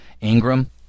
Ingram